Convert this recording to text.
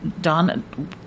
Don